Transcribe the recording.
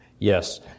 Yes